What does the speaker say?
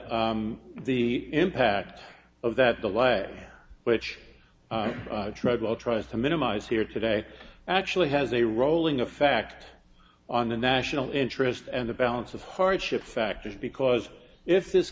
the impact of that the lie which treadwell tries to minimize here today actually has a rolling effect on the national interest and the balance of hardship factors because if this